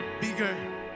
bigger